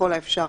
ככל האפשר,